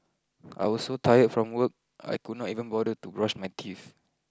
I was so tired from work I could not even bother to brush my teeth